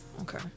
Okay